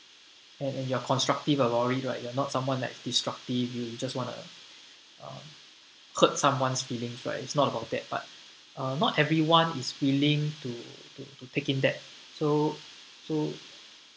and and you are constructive about it right you're not someone like destructive you just wanna um hurt someone's feelings right it's not about that uh not everyone is willing to to to take in that so so